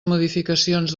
modificacions